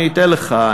אני אתן לך,